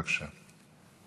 בבקשה.